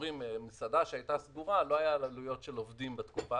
אומרים: מסעדה שהייתה סגורה לא היו לה עלויות של עובדים בתקופה